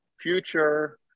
future